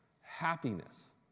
Happiness